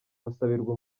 basabirwa